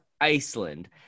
Iceland